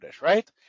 right